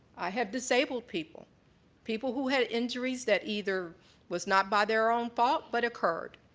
i have disabled people people who had injuries that either was not by their own fault but occurred.